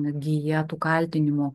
gija tų kaltinimų